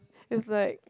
it's like